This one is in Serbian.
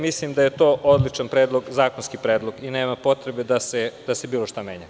Mislim da je to odličan zakonski predlog i nema potrebe da se bilo šta menja.